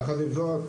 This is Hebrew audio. יחד עם זאת,